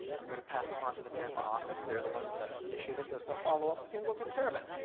i'm going to pass this onto the tampa office. they're the ones who initiated this. they'll follow up with you, and we'll take care of it.